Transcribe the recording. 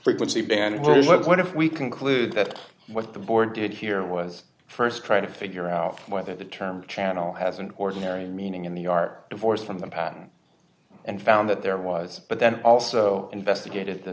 frequency band what if we conclude that what the board did here was st trying to figure out whether the term channel has an ordinary meaning in the are divorced from the patent and found that there was but then also investigated the